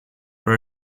for